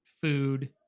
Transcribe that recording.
food